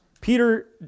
Peter